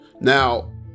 Now